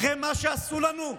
אחרי מה שעשו לנו,